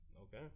Okay